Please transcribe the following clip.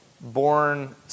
born